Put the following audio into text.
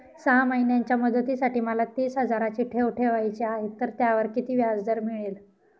सहा महिन्यांच्या मुदतीसाठी मला तीस हजाराची ठेव ठेवायची आहे, तर त्यावर किती व्याजदर मिळेल?